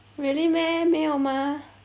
really meh 没有 mah